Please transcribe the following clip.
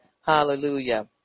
Hallelujah